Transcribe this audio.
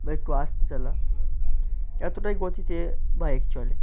বা একটু আসতে চালা এতটাই গতিতে বাইক চলে